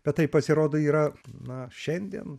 bet tai pasirodo yra na šiandien